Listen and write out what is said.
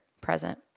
present